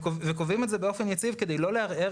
וקובעים את זה באופן יציב כדי לא לערער